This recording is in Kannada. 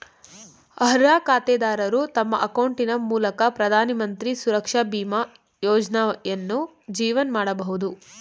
ಅರ್ಹ ಖಾತೆದಾರರು ತಮ್ಮ ಅಕೌಂಟಿನ ಮೂಲಕ ಪ್ರಧಾನಮಂತ್ರಿ ಸುರಕ್ಷಾ ಬೀಮಾ ಯೋಜ್ನಯನ್ನು ಜೀವನ್ ಮಾಡಬಹುದು